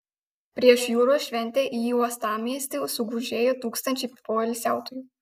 prieš jūros šventę į uostamiestį sugužėjo tūkstančiai poilsiautojų